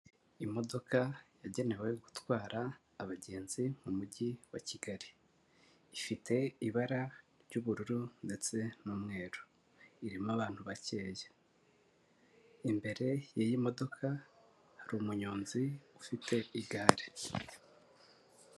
Imodoka yagenewe gutwara abagenzi mu Mujyi wa Kigali. Ifite ibara ry'ubururu ndetse n'umweru. Irimo abantu bakeya. Imbere y'iyi modoka hari umunyonzi ufite igare.